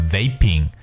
Vaping